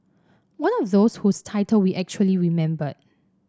one of those whose title we actually remembered